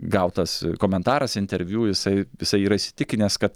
gautas komentaras interviu jisai jisai yra įsitikinęs kad